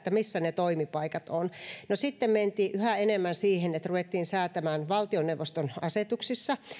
missä ne toimipaikat on sitten mentiin yhä enemmän siihen että ruvettiin säätämään valtioneuvoston asetuksissa